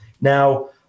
Now